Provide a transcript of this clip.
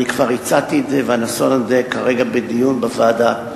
אני כבר הצעתי את זה והנושא נמצא כרגע בדיון בוועדה.